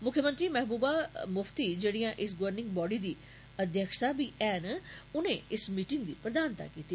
मुक्खमंत्री महबूबा मुफ्ती जेड़ियां इस गोवर्निंग बाडी दी अध्यक्ष बी हैन उनें इस गीटिंग दी प्रधानता कीती